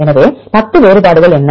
எனவே 10 வேறுபாடுகள் என்ன